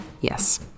Yes